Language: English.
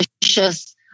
delicious